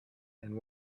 and